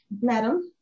madam